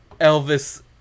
Elvis